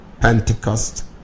Pentecost